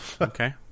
Okay